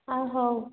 ଆଉ ହଉ